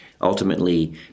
Ultimately